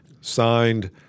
Signed